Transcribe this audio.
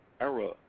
era